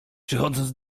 przychodząc